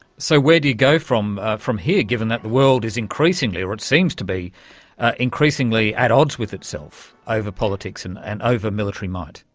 so where do you go from ah from here, given that the world is increasingly or it seems to be increasingly at odds with itself over politics and and over military might?